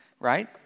right